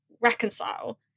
reconcile